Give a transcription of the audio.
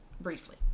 briefly